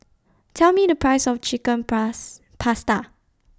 Tell Me The Price of Chicken Pasta